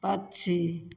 पक्षी